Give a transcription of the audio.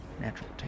Natural